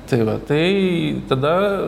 tai va tai tada